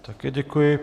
Také děkuji.